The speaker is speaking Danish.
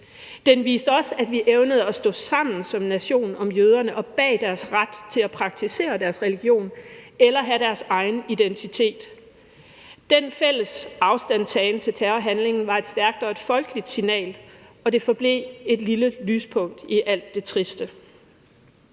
Den viste også, at vi evnede at stå sammen som nation om jøderne og bag deres ret til at praktisere deres religion eller have deres egen identitet. Den fælles afstandtagen til terrorhandlingen var et stærkt og et folkeligt signal, og det forblev et lille lyspunkt i alt det triste.